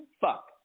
Fuck